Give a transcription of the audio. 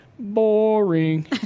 boring